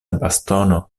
bastono